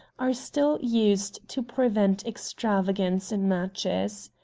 are still used to prevent extravagance in matches.